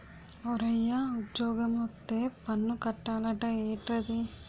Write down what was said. ఓరయ్యా ఉజ్జోగమొత్తే పన్ను కట్టాలట ఏట్రది